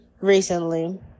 recently